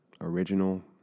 original